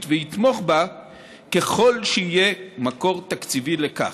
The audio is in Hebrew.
ויתמוך בה ככל שיהיה מקור תקציבי לכך.